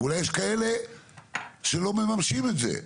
ואולי יש כאלה שלא ממשמים את זה.